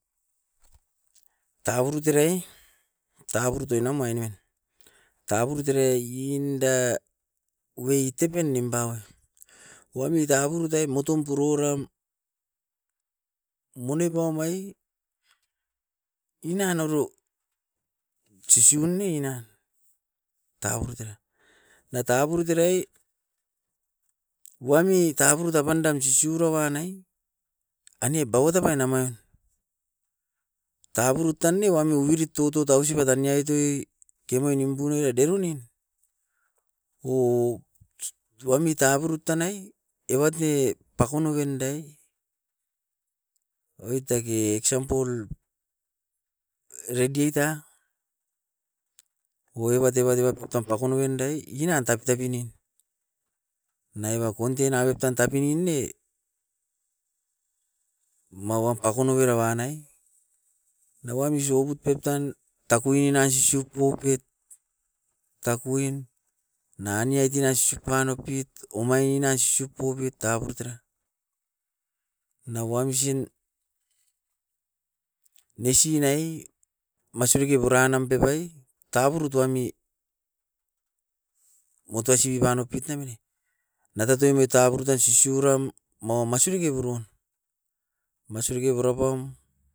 Tapurut erae taburut toinam omain ne, taburut erae inda wei tepen nimpaoun. Wami taburut ai motum porou ram monepam ai inanoro sisibun nei na tanurut era. Na taburut erae wami taburut apandam sisiu ra wan nai, aniep bauat apan naman. Taburut tan ne wami oirut totout ausipat tania itoi kemuai nimpunoi deronin. O wamit aburut tanai evat ne pakun noven dae oit dake example, radiator ou evat, evat, evat patam pakon noven dae inan tabetabe nin. Onaiba contena pep tan tapini ne, maua pakon novera wan nai na wam isoubut pep tan takuin ina isisiup poupet takuin, naniai kinna sisiup pan oupit omain ina sisiup pubit taburut era na wamsin nisin naii masibiki puran nam pep ai taburut wami motoi sibiban oupit nemine, natatoi moi taburut tan sisiuram mau masibiki burun. Masibiki purapam